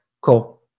cool